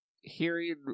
hearing